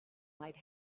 might